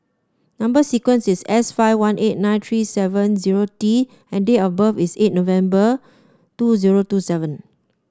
number sequence is S five one eight nine three seven zero T and date of birth is eight November two zero two seven